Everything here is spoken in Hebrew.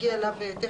נגיע אליו.